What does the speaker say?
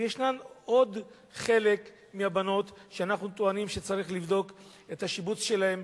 ויש עוד חלק מהבנות שאנחנו טוענים שצריך לבדוק את השיבוץ שלהן,